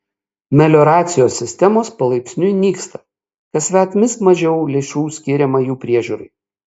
melioracijos sistemos palaipsniui nyksta kasmet vis mažiau lėšų skiriama jų priežiūrai